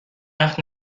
وقت